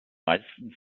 meisten